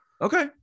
Okay